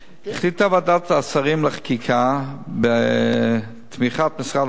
החליטה ועדת השרים לחקיקה, בתמיכת משרד הבריאות,